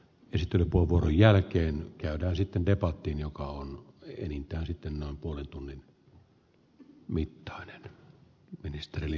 neste lepovuoron jälkeen käydään sitten debattiin joka on enintään jään vaille vastausta